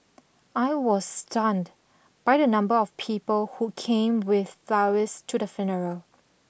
I was stunned by the number of people who came with flowers to the funeral